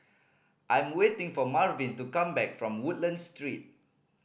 I'm waiting for Marvin to come back from Woodlands Street